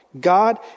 God